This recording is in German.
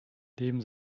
neben